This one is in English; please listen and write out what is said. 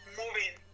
moving